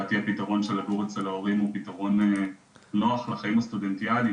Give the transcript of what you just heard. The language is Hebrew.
ולדעתי הפתרון של לגור אצל ההורים הוא פתרון נוח לחיים הסטודנטיאליים,